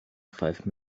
five